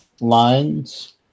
lines